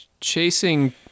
chasing